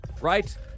right